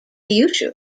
kyushu